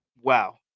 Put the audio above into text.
wow